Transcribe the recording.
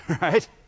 Right